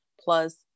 plus